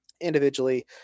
individually